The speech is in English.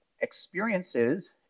experiences